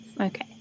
Okay